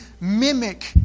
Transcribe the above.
mimic